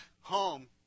home